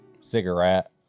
cigarette